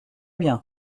bien